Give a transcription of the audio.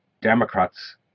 Democrats